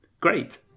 great